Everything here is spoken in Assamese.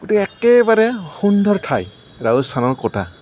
গতিকে একেবাৰে সুন্দৰ ঠাই ৰাজস্থানৰ ক'টা